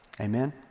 Amen